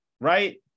right